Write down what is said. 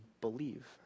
believe